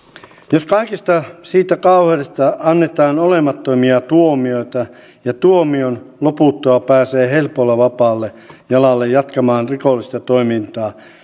jos kaikesta siitä kauheudesta annetaan olemattomia tuomioita ja tuomion loputtua pääsee helpolla vapaalle jalalle jatkamaan rikollista toimintaa